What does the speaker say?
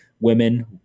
women